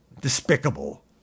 despicable